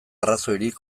arrazoirik